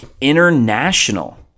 international